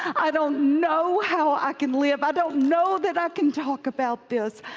i don't know how i can live. i don't know that i can talk about this.